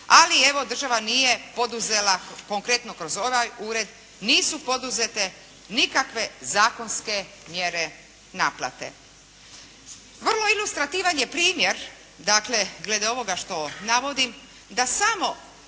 ali evo, država nije poduzela, konkretno kroz ovaj ured nisu poduzete nikakve zakonske mjere naplate. Vrlo ilustrativan je primjer dakle, glede ovoga što navodim da samo